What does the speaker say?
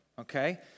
Okay